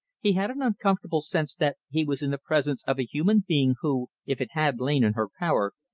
he had an uncomfortable sense that he was in the presence of a human being who, if it had lain in her power,